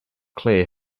clear